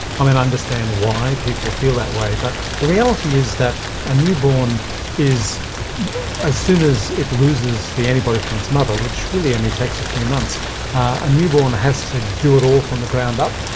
i mean, i understand why people feel that way, but the reality is that a newborn is as soon as it loses the antibody from its mother, which really only takes a few months a newborn has to do it all from the ground up,